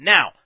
Now